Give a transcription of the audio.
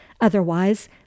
otherwise